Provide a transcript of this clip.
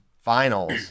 finals